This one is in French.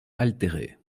altérée